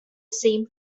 same